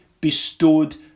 bestowed